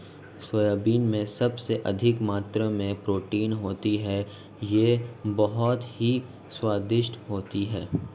soybean में सबसे अधिक मात्रा में प्रोटीन होता है यह बहुत ही स्वादिष्ट होती हैं